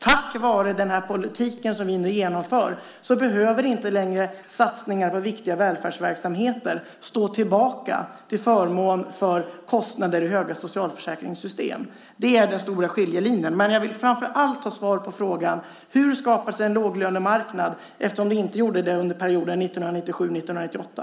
Tack vare den politik som vi nu genomför behöver inte längre satsningar på viktiga välfärdsverksamheter stå tillbaka till förmån för höga kostnader i socialförsäkringssystem. Det är den stora skiljelinjen. Jag vill framför allt ha svar på frågan: Hur skapar detta en låglönemarknad, eftersom det inte gjorde det under perioden 1997-1998?